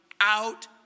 out